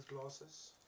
glasses